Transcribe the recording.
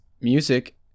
music